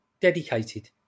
dedicated